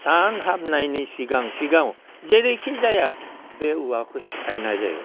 सान हाबनायनि सिगां सिगाङाव जेरैखि जाया बे औवाखौ सेफायनाय जायो